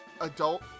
adult